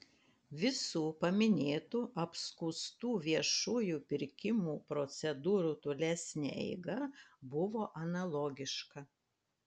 visų paminėtų apskųstų viešųjų pirkimų procedūrų tolesnė eiga buvo analogiška